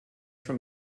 from